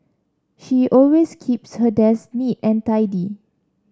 she always keeps her desk neat and tidy